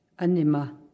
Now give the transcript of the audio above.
Anima